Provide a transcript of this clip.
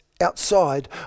outside